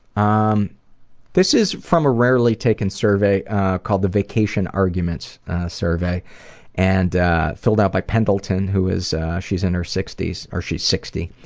um this is from a rarely taken survey called the vacation arguments survey and filled out by pendleton who is in her sixty s, or she's sixty.